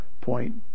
Point